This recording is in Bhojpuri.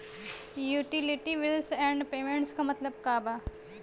यूटिलिटी बिल्स एण्ड पेमेंटस क मतलब का बा?